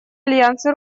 альянсы